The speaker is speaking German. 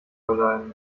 bleiben